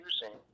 using